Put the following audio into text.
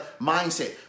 mindset